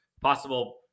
possible